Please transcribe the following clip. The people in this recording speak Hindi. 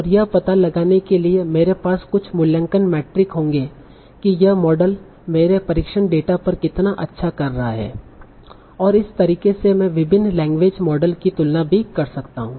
और यह पता लगाने के लिए मेरे पास कुछ मूल्यांकन मेट्रिक होंगे कि यह मॉडल मेरे परीक्षण डेटा पर कितना अच्छा कर रहा है और इस तरीके से मैं विभिन्न लैंग्वेज मॉडल की तुलना भी कर सकता हूं